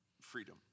freedom